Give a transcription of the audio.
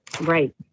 Right